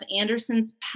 Anderson's